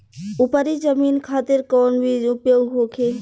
उपरी जमीन खातिर कौन बीज उपयोग होखे?